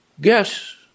guess